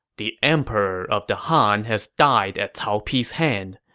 the emperor of the han has died at cao pi's hand.